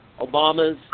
Obama's